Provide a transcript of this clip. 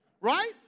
Right